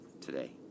today